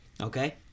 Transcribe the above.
okay